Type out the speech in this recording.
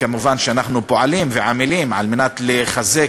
ומובן שאנחנו פועלים ועמלים על מנת לחזק